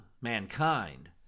mankind